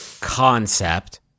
Concept